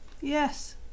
yes